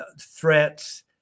threats